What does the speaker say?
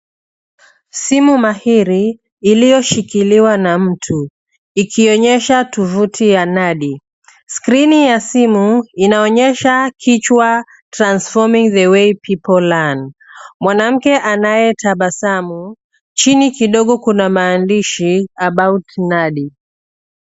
Simu mahiri iliyoshikiliwa na mtu ikionyesha tovuti ya Nandy . Skrini ya simu inaonyesha kichwa Transforming The Way People Learn . Mwanamke anayetabasamu. Chini kidogo kuna maandishi About Nandy .